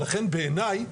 ולכן בעיניי,